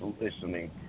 listening